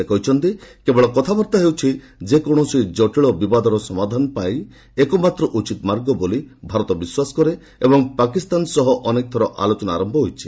ସେ କହିଛନ୍ତି କେବଳ କଥାବାର୍ତ୍ତା ହେଉଛି ଯେକୌଣସି ଜଟିଳ ବିବାଦର ସମାଧାନ ପାଇଁ ଏକମାତ୍ର ଉଚିତ ମାର୍ଗ ବୋଲି ଭାରତ ବିଶ୍ୱାସ କରେ ଏବଂ ପାକିସ୍ତାନ ସହିତ ଅନେକଥର ଆଲୋଚନା ଆରମ୍ଭ ହୋଇଛି